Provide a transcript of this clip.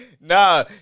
Nah